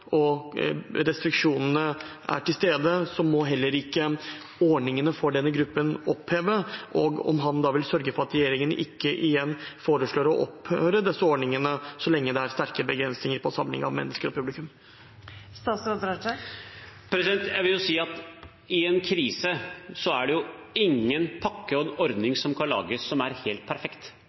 til stede, må heller ikke ordningene for denne gruppen oppheves? Vil han sørge for at regjeringen ikke igjen foreslår å oppheve disse ordningene så lenge det er sterke begrensninger på samling av mennesker og publikum? Jeg vil si at i en krise er det ingen pakke eller ordning som kan lages som er helt perfekt.